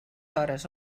hores